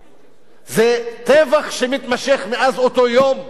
זה טבח שמתמשך מאז אותו יום ועד היום.